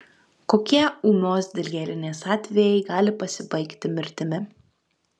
kokie ūmios dilgėlinės atvejai gali pasibaigti mirtimi